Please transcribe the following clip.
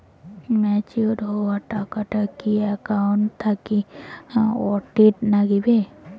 Matured হওয়া টাকাটা কি একাউন্ট থাকি অটের নাগিবে?